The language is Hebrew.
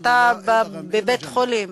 אתה בבית-חולים,